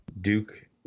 Duke